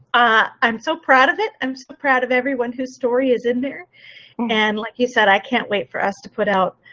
i'm so proud of it. i'm so proud of everyone who's story is in there and like you said, i can't wait for us to put out.